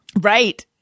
Right